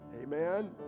Amen